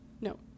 No